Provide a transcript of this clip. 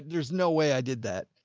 there's no way i did that.